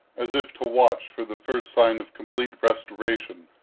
as if to watch for the first sign of complete restoration,